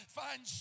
find